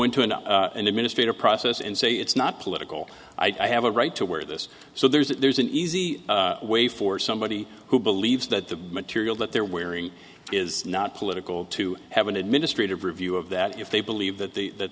into an administrative process and say it's not political i have a right to wear this so there's an easy way for somebody who believes that the material that they're wearing is not political to have an administrative review of that if they believe that the that